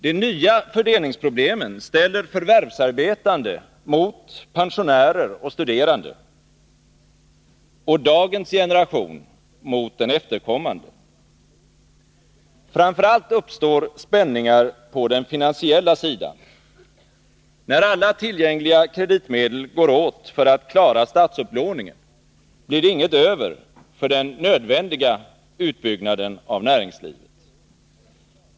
De nya fördelningsproblemen ställer förvärvsarbetande mot pensionärer och studerande och dagens generation mot den efterkommande. Framför allt uppstår spänningar på den finansiella sidan. När alla tillgängliga kreditmedel går åt för att klara statsupplåningen, blir det inget över för den nödvändiga utbyggnaden av näringslivet.